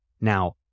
now